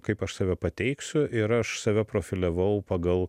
kaip aš save pateiksiu ir aš save profiliavau pagal